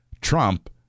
Trump